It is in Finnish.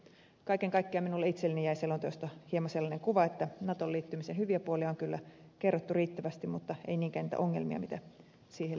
kaiken kaikkiaan minulle itselleni jäi selonteosta hieman sellainen kuva että natoon liittymisen hyviä puolia on kyllä kerrottu riittävästi mutta ei niinkään niitä ongelmia mitä siihen liittyisi